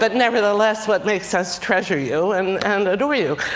but nevertheless, what makes us treasure you and and adore you.